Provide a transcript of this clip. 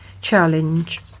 challenge